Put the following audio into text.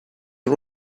are